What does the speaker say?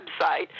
website